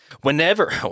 Whenever